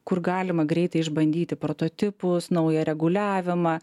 kur galima greitai išbandyti prototipus naują reguliavimą